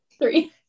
Three